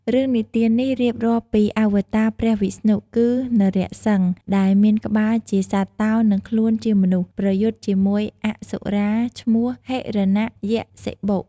រឿងនិទាននេះរៀបរាប់ពីអាវតារព្រះវិស្ណុ គឺ នរសិង្ហ ដែលមានក្បាលជាសត្វតោ និងខ្លួនជាមនុស្ស ប្រយុទ្ធជាមួយអសុរាឈ្មោះ ហិរណយក្សសិបុ។